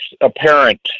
apparent